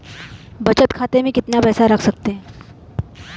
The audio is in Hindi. बचत खाते में कितना पैसा रख सकते हैं?